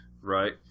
Right